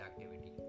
activity